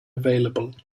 available